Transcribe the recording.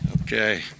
Okay